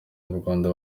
murwanda